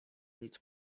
nic